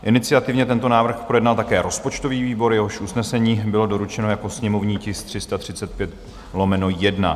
Iniciativně tento návrh projednal také rozpočtový výbor, jehož usnesení bylo doručeno jako sněmovní tisk 335/1.